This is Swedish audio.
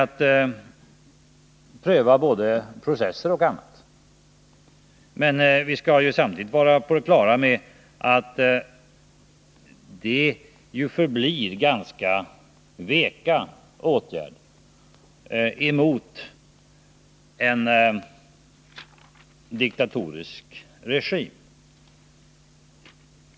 Samtidigt måste vi dock vara på det klara med att alla sådana åtgärder förblir ganska veka emot en diktatorisk regim.